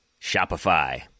Shopify